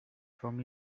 from